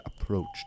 approached